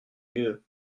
mieux